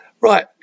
Right